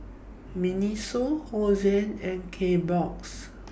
Miniso Hosen and Kbox